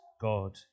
God